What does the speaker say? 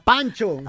Pancho